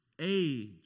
age